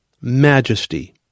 majesty